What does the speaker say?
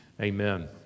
Amen